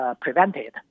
prevented